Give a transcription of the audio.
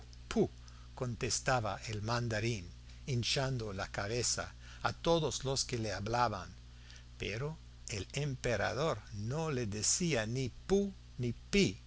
puh contestaba el mandarín hinchando la cabeza a todos los que le hablaban pero al emperador no le decía ni puh ni pih